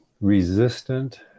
Resistant